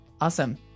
awesome